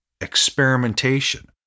experimentation